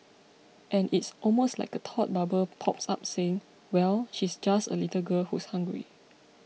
and it's almost like a thought bubble pops up saying well she's just a little girl who's hungry